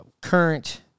current